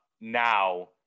now